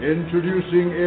Introducing